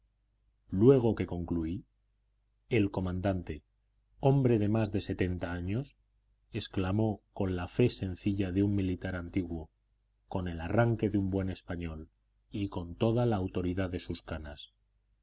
luego que concluí el comandante hombre de más de setenta años exclamó con la fe sencilla de un militar antiguo con el arranque de un buen español y con toda la autoridad de sus canas